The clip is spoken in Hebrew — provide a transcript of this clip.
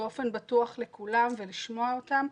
ובאופן בטוח לכולם ולשמוע אותם,